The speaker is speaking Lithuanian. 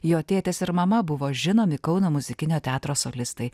jo tėtis ir mama buvo žinomi kauno muzikinio teatro solistai